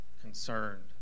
concerned